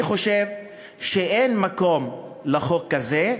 אני חושב שאין מקום לחוק הזה,